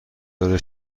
داره